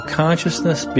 consciousness